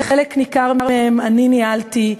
חלק ניכר מהן אני ניהלתי.